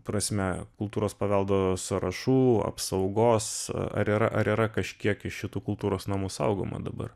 prasme kultūros paveldo sąrašų apsaugos ar yra ar yra kažkiek iš šitų kultūros namų saugoma dabar